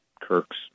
Kirk's